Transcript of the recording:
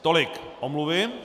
Tolik omluvy.